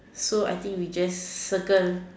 so I think we just circle